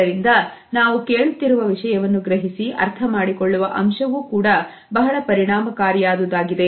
ಇದರಿಂದ ನಾವು ಕೇಳುತ್ತಿರುವ ವಿಷಯವನ್ನು ಗ್ರಹಿಸಿ ಅರ್ಥಮಾಡಿಕೊಳ್ಳುವ ಅಂಶವು ಕೂಡ ಬಹಳ ಪರಿಣಾಮಕಾರಿಯಾದುದು ಆಗಿರುತ್ತದೆ